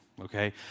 okay